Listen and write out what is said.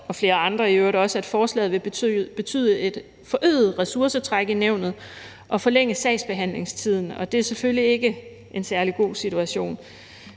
også, at forslaget vil betyde et forøget ressourcetræk i nævnet og forlænge sagsbehandlingstiden, og det er selvfølgelig ikke en særlig god situation.